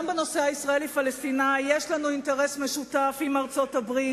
גם בנושא הישראלי-הפלסטיני יש לנו אינטרס משותף עם ארצות-הברית,